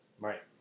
Right